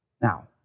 Now